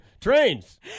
Trains